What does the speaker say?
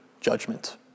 judgment